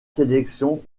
sélection